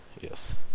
Yes